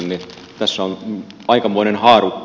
tässä on aikamoinen haarukka